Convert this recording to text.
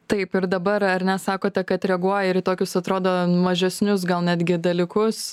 taip ir dabar ar ne sakote kad reaguoja ir į tokius atrodo mažesnius gal netgi dalykus